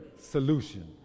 solution